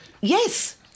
Yes